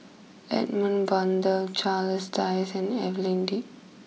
Edmund Blundell Charles Dyce and Evelyn Lip